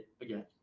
again